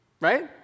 right